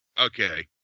Okay